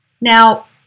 Now